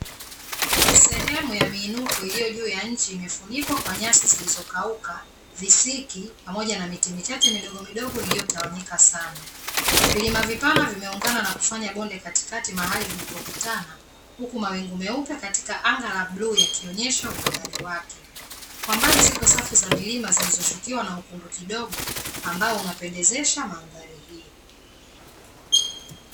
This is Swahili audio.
Sehemu ya miinuko iliyo juu ya nchi imefunikwa kwa nyasi zilizokauka, visiki pamoja na miti michache midogomidogo iliyotawanyika sana. Vilima vipana vimeungana na kufanya bonde katikakati mahali vilipokutana, huku mawingu meupe katika anga la bluu yakionyesha uhodari wake. Kwa mbali ziko safu za milima zilizoshukiwa na ukungu kidogo, ambao unapendezesha mandhari hii.